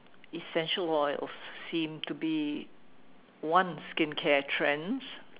essential oil seem to be one skincare trends